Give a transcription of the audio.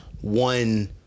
one